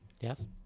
Yes